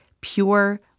pure